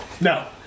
No